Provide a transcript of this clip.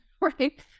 right